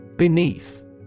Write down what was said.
Beneath